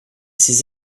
ses